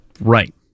right